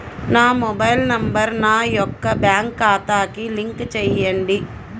నా mobile number నా యొక్క బ్యాంక్ ఖాతాకి లింక్ చేయండీ?